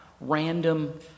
random